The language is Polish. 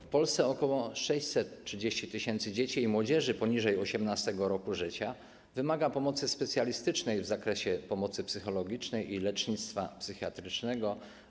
W Polsce ok. 630 tys. dzieci i młodzieży poniżej 18. roku życia wymaga pomocy specjalistycznej w zakresie pomocy psychologicznej i lecznictwa psychiatrycznego.